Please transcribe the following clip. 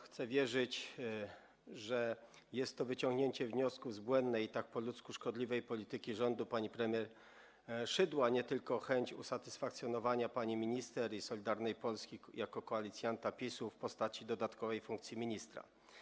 Chcę wierzyć, że jest to wyciągnięcie wniosków z błędnej i tak po ludzku szkodliwej polityki rządu pani premier Szydło, a nie tylko chęć usatysfakcjonowania pani minister i Solidarnej Polski, jako koalicjanta PiS, w postaci dodatkowej funkcji ministra.